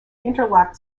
interlocked